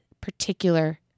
particular